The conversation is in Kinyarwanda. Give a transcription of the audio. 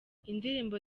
indirimbo